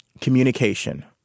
communication